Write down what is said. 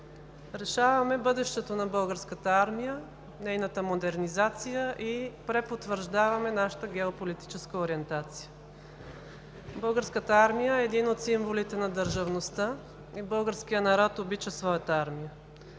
решаваме бъдещето на Българската армия, нейната модернизация и препотвърждаваме нашата геополитическа ориентация. Българската армия е един от символите на държавността и българският народ обича своята армия,